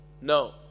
No